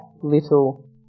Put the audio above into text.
Little